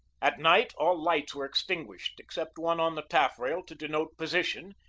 at night all lights were extinguished except one on the taffrail to denote position,